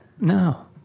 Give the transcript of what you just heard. No